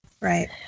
Right